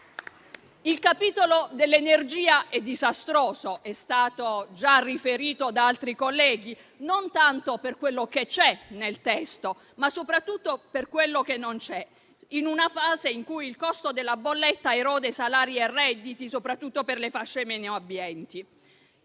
Il capitolo dell’energia è disastroso - com’è stato già riferito da altri colleghi - non tanto per quello che c’è nel testo, ma soprattutto per quello che non c’è, in una fase in cui il costo della bolletta erode salari e redditi, soprattutto per le fasce meno abbienti.